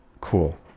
Cool